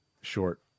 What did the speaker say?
short